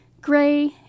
gray